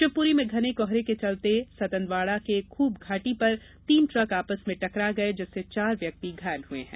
शिवपुरी में घने कोहरे के चलते सतनवाड़ा के खूब घाटी पर तीन ट्रक आपस में टकरा गये जिससे चार व्यक्ति घायल हुए हैं